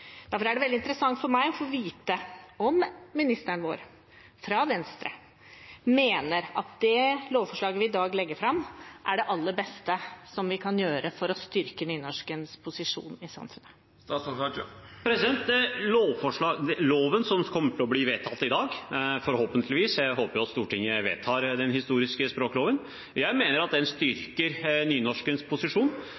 Derfor er det veldig interessant for meg å få vite om ministeren vår fra Venstre mener at det lovforslaget vi i dag legger fram, er det aller beste som vi kan gjøre for å styrke nynorskens posisjon i samfunnet. Loven som forhåpentligvis kommer til å bli vedtatt i dag – jeg håper at Stortinget vedtar den historiske språkloven – mener jeg styrker nynorskens posisjon. Her sier vi eksplisitt klart at